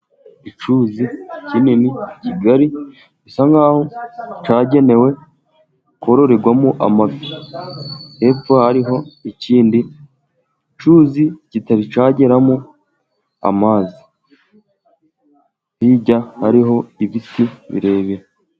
Icyuzi kinini kigali bisa nkaho cyagenewe kororerwamo amafi, hepfo hariho ikindi cyuzi kitari cyageramo amazi, hirya hari ibiti birebire.